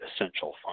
essential